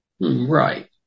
Right